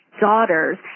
daughters